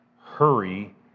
hurry